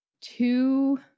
two